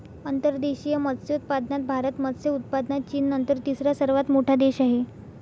अंतर्देशीय मत्स्योत्पादनात भारत मत्स्य उत्पादनात चीननंतर तिसरा सर्वात मोठा देश आहे